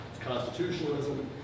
constitutionalism